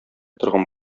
торган